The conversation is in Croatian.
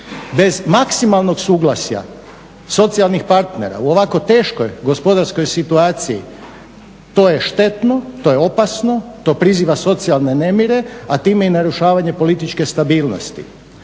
Bez maksimalnog suglasja socijalnih partera u ovako teškoj gospodarskoj situaciji to je štetno, to je opasno, to priziva socijalne nemire a time i narušavanje političke stabilnosti.